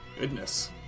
Goodness